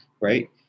right